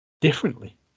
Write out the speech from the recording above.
differently